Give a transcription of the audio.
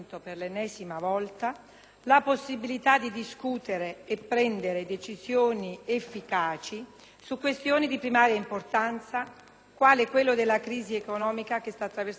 la possibilità di discutere e prendere decisioni efficaci su questioni di primaria importanza, quale quella della crisi economica che sta attraversando il nostro Paese.